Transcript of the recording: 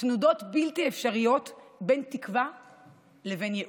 בתנודות בלתי אפשריות בין תקווה לייאוש.